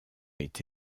est